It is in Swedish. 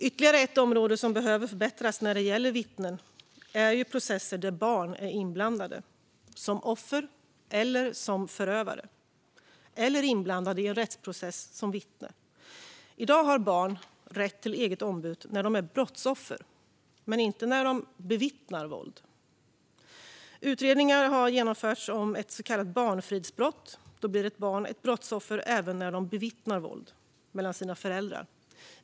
Ytterligare ett område som behöver förbättras när det gäller vittnen är processer där barn är inblandade som offer eller som förövare. Det kan också gälla barn som är inblandade i en rättsprocess som vittne. I dag har barn rätt till eget ombud när de är brottsoffer men inte när de bevittnar våld. Utredningar har genomförts om ett så kallat barnfridsbrott. Då blir barn brottsoffer även när de bevittnar våld mellan sina föräldrar.